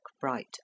bright